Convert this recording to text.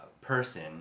person